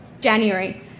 January